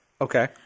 Okay